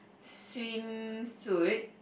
swimsuit